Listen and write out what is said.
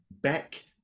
Beck